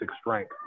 strength